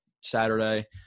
Saturday